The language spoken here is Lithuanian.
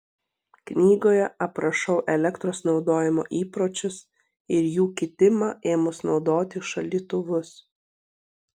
knygoje aprašau elektros naudojimo įpročius ir jų kitimą ėmus naudoti šaldytuvus